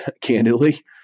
candidly